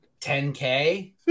10k